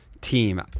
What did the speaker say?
team